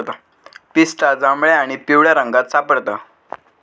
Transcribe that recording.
पिस्ता जांभळ्या आणि पिवळ्या रंगात सापडता